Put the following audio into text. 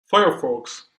firefox